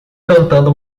cantando